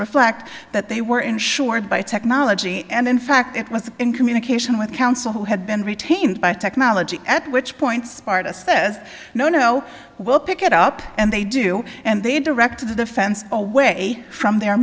reflect that they were insured by technology and in fact it was in communication with counsel who had been retained by technology at which point sparta says no no we'll pick it up and they do and they directed the fence away from their